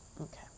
Okay